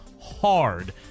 hard